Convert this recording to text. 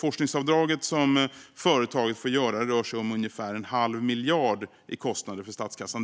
Det rör sig om ungefär en halv miljard i kostnader för statskassan för det forskningsavdrag som företagen för göra.